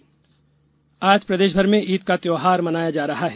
ईद आज आज प्रदेशभर में ईद का त्योहार मनाया जा रहा है